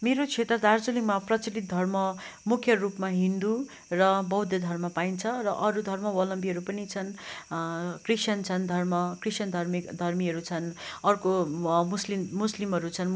मेरो क्षेत्र दार्जिलिङमा प्रचलित धर्म मुख्य रूपमा हिन्दू र बौद्ध धर्म पाइन्छ र अरू धर्मावलम्बीहरू पनि छन् क्रिस्टियन छन् धर्म क्रिस्टियन धार्मिक धर्मीहरू छन् अर्को मुस्लिम मुस्लिमहरू छन्